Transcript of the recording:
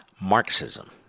Marxism